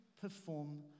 perform